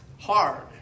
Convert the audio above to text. hard